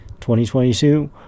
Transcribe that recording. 2022